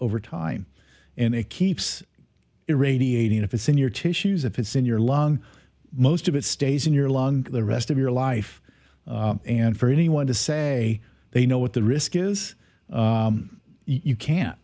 over time and it keeps irradiating if it's in your tissues of his in your lung most of it stays in your lungs the rest of your life and for anyone to say they know what the risk is you can't